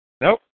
Nope